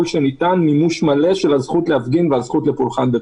שניתן מימוש מלא של הזכות להפגין והזכות לפולחן דתי,